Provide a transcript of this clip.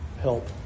help